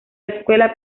escuela